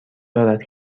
دارد